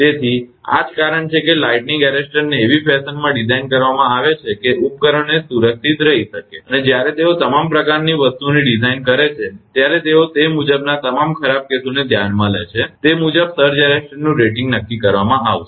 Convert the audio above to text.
તેથી આ જ કારણ છે કે લાઇટનીંગ એરેસ્ટરને એવી ફેશનમાં ડિઝાઇન કરવામાં આવી છે કે તે ઉપકરણોને સુરક્ષિત કરી શકે અને જ્યારે તેઓ તમામ પ્રકારની વસ્તુઓની ડિઝાઇન કરે છે ત્યારે તેઓ તે મુજબના તમામ ખરાબ કેસોને ધ્યાનમાં લે છે કે તે મુજબ સર્જ એરેસ્ટરનું રેટિંગ નક્કી કરવામાં આવશે